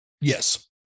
Yes